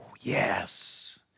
yes